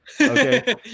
Okay